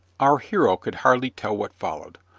our hero could hardly tell what followed,